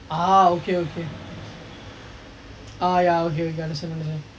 ah okay okay ah ya okay okay understand understand